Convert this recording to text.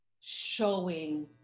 showing